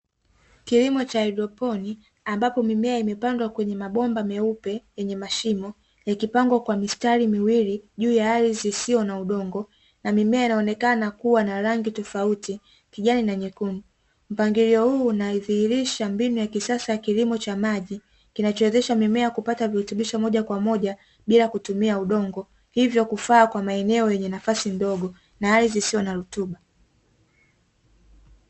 Kilimo Cha hayidoponi ambapo mimea imepandwa kwenye mabomba meupe yenye mashino ikipangwa kwa mistari miwili juu ya ardhi isiyo na udongo na mimea inaonekana kuwa na rangi tofauti kijani na nyekundu mpangilio huu unaziilisha mbinu ya kisasa ya kilimo cha maji kinachowezesha mimea kupata virutubisho moja kwa moja bila kutumia udongo hivyo kufaa kwa maeneo yenye nafasi ndogo na ardhi isiyo na rutuba.